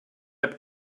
app